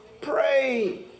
pray